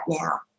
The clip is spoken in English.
now